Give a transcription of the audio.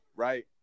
Right